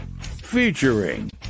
Featuring